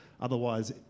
Otherwise